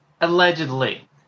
allegedly